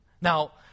Now